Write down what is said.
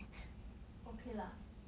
okay lah